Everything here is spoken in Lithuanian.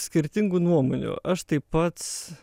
skirtingų nuomonių aš tai pats